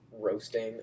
roasting